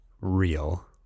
real